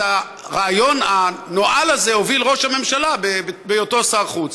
את הרעיון הנואל הזה הוביל ראש הממשלה בהיותו שר חוץ.